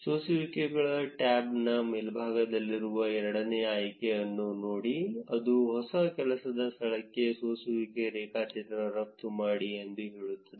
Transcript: ಸೋಸುವಿಕೆಗಳ ಟ್ಯಾಬ್ನ ಮೇಲ್ಭಾಗದಲ್ಲಿರುವ ಎರಡನೇ ಆಯ್ಕೆಯನ್ನು ನೋಡಿ ಅದು ಹೊಸ ಕೆಲಸದ ಸ್ಥಳಕ್ಕೆ ಸೋಸುವಿಕೆ ರೇಖಾಚಿತ್ರ ರಫ್ತು ಮಾಡಿ ಎಂದು ಹೇಳುತ್ತದೆ